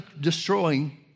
destroying